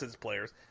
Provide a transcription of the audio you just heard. players